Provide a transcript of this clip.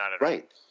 Right